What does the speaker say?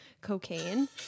cocaine